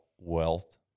wealth